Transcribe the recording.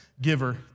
giver